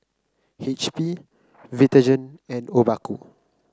H P Vitagen and Obaku